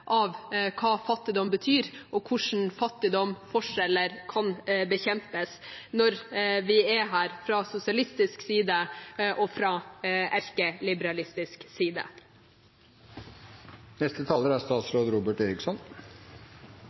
av hva fattigdom betyr, og hvordan fattigdom og forskjeller kan bekjempes – når vi er fra sosialistisk side og fra erkeliberalistisk side. Jeg er